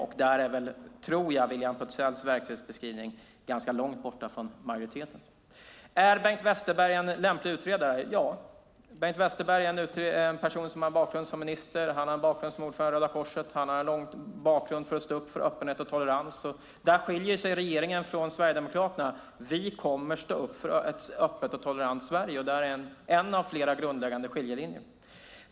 Där tror jag att William Petzälls verklighetsbeskrivning är ganska långt borta från majoritetens. Är Bengt Westerberg en lämplig utredare? Ja. Bengt Westerberg är en person som har en bakgrund som minister. Han har en bakgrund som ordförande i Röda Korset. Han har lång erfarenhet av att stå upp för öppenhet och tolerans. Där skiljer sig regeringen från Sverigedemokraterna. Vi kommer att stå upp för ett öppet och tolerant Sverige. Det är en av flera grundläggande skiljelinjer.